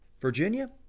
Virginia